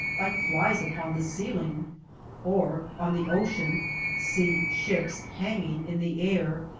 like flies upon the ceiling or on the ocean see ships hanging in the air,